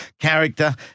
character